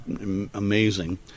Amazing